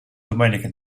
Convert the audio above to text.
domenica